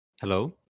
Hello